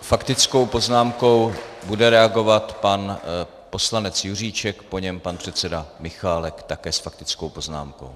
Faktickou poznámkou bude reagovat pan poslanec Juříček, po něm pan předseda Michálek, také s faktickou poznámkou.